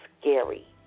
scary